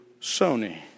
Sony